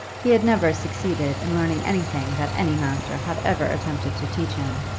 he had never succeeded in learning anything that any master had ever attempted to teach him,